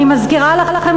אני מזכירה לכם,